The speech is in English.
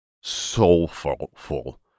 soulful